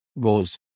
goes